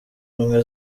ubumwe